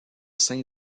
sein